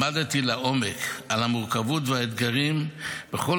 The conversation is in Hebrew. למדתי לעומק על המורכבות והאתגרים בכל